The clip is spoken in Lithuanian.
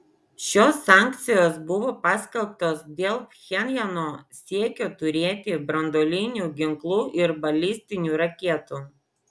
šios sankcijos buvo paskelbtos dėl pchenjano siekio turėti branduolinių ginklų ir balistinių raketų